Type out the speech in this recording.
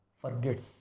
forgets